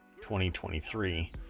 2023